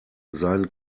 seinen